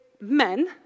men